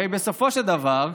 הרי, בסופו של דבר,